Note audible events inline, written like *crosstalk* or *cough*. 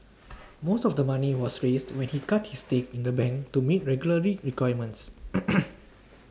*noise* most of the money was raised when he cut his stake in the bank to meet regulatory requirements *noise*